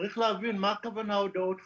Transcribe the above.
צריך להבין, מה הכוונה הודעות חירום?